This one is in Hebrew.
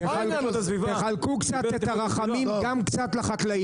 תחלקו את הרחמים גם קצת לחקלאים,